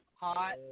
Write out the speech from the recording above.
Hot